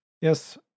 Yes